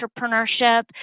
entrepreneurship